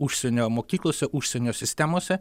užsienio mokyklose užsienio sistemose